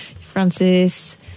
Francis